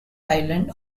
island